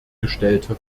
gestellte